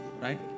right